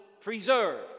preserved